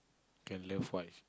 can love wife